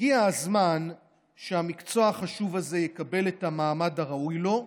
הגיע הזמן שהמקצוע החשוב הזה יקבל את המעמד הראוי לו.